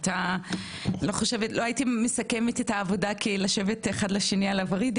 לא הייתי מסכמת את העבודה כלשבת אחד לשני על הוריד,